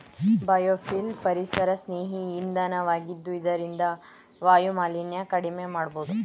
biofuel ಪರಿಸರಸ್ನೇಹಿ ಇಂಧನ ವಾಗಿದ್ದು ಇದರಿಂದ ವಾಯುಮಾಲಿನ್ಯ ಕಡಿಮೆ ಮಾಡಬೋದು